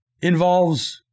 involves